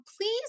please